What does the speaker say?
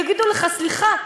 ויגידו לך: סליחה,